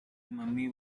mummy